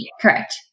Correct